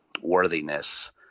worthiness